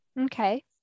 Okay